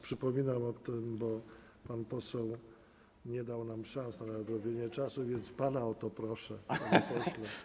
Przypominam o tym, bo pan poseł nie dał nam szans na nadrobienie czasu, więc pana o to proszę, panie pośle.